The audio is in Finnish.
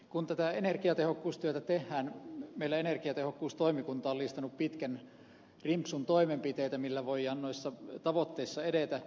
kun tätä energiatehokkuustyötä tehdään meillä energiatehokkuustoimikunta on listannut pitkän rimpsun toimenpiteitä millä voidaan noissa tavoitteissa edetä